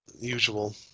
usual